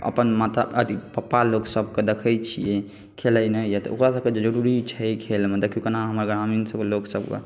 अपन माता अथी पप्पा लोक सबके देखय छी खेलैने त ओकर सबके जरुरी छय खेलने देखियौ केना हमर ग्रामीण सब लोक सब